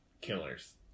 killers